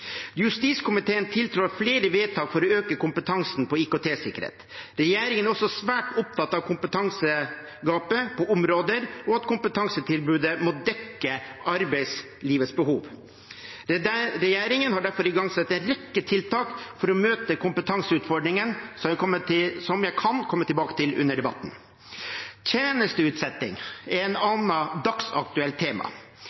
Justiskomiteen tiltrer flere vedtak for å øke kompetansen på IKT-sikkerhet. Regjeringen er også svært opptatt av kompetansegapet på områder, og at kompetansetilbudet må dekke arbeidslivets behov. Regjeringen har derfor igangsatt en rekke tiltak for å møte kompetanseutfordringen, som jeg kan komme tilbake til under debatten. Tjenesteutsetting er